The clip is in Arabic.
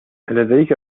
ألديك